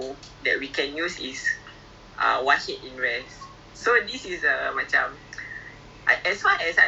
ya anyway err betul tu ya but I heard kan itu kalau you nak pakai wahed invest then